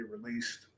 released